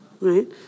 right